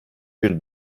bir